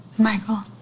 Michael